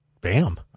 Bam